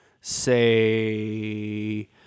say